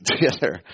together